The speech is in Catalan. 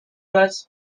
les